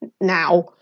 now